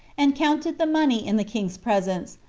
and counted the money in the king's presence,